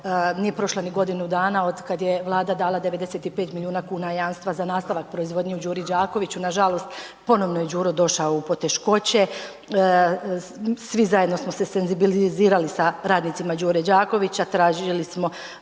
nije prošla ni godinu dana od kada je Vlada dala 95 milijuna kuna jamstva za nastavak proizvodnje u Đuri Đakoviću, nažalost ponovno je Đuro došao u poteškoće. Svi zajedno smo se senzibilizirali sa radnicima Đure Đakovića, tražili smo